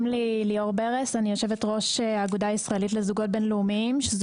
אני יושבת-ראש האגודה הישראלית לזוגות בין לאומיים שזה